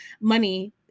money